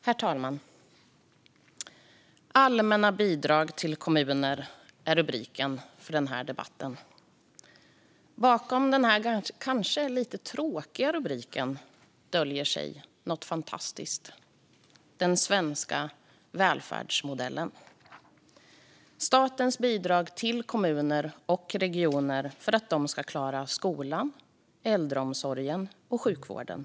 Herr talman! "Allmänna bidrag till kommuner" är rubriken för den här debatten. Bakom den kanske lite tråkiga rubriken döljer sig något fantastiskt, nämligen den svenska välfärdsmodellen. Det gäller statens bidrag till kommuner och regioner för att de ska klara skolan, äldreomsorgen och sjukvården.